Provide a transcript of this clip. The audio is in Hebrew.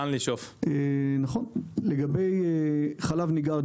לגבי חלב ניגר,